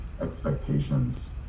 expectations